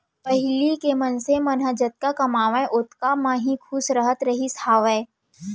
पहिली के मनसे मन ह जतका कमावय ओतका म ही खुस रहत रहिस हावय